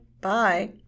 bye